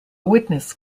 witness